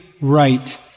right